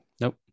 Nope